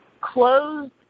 closed